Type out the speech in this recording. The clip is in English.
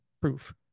proof